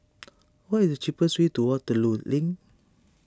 what is the cheapest way to Waterloo Link